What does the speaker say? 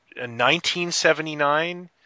1979